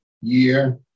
year